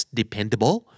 dependable